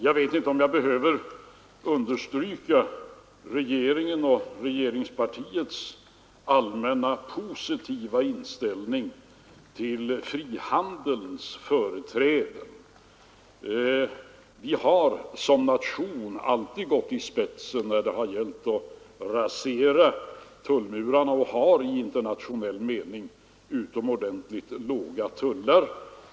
Jag vet inte om jag behöver understryka regeringens och regeringspartiets allmänna positiva inställning till frihandel. Sverige har såsom nation alltid gått i spetsen när det gällt att rasera tullmurar och har i internationell mening utomordentligt låga tullar.